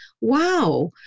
wow